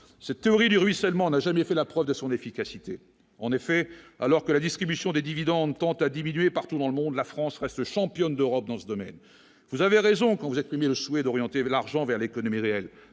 cette théorie du ruissellement n'a jamais fait la preuve de son efficacité, en effet, alors que la distribution des dividendes tend à diminuer partout dans le monde, la France reste championne d'Europe dans ce domaine, vous avez raison, quand vous exprimer le souhait d'orienter l'argent vers l'économie réelle,